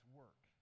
work